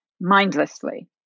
mindlessly